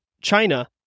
China